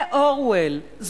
זה אורוול במירעו,